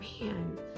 Man